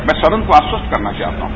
मैं सदन को आश्वस्त करना चाहता हूं